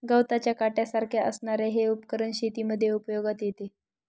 गवताच्या काट्यासारख्या असणारे हे उपकरण शेतीमध्ये उपयोगात येते